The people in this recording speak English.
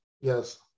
yes